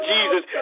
Jesus